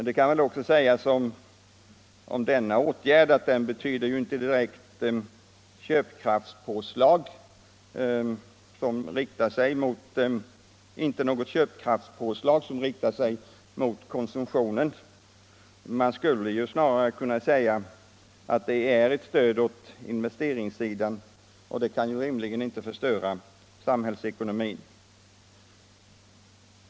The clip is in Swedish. Det kan också sägas om denna åtgärd att den betyder inte något direkt köpkraftspåslag som riktar sig mot konsumtionen. Man skulle snarare kunna säga att det är ett stöd åt investeringssidan, och det kan ju rimligen inte förstöra samhällsekonomin.